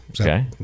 okay